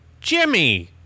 Jimmy